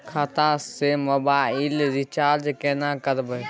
खाता स mobile recharge केना करबे?